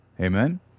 Amen